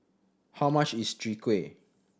how much is Chwee Kueh